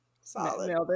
solid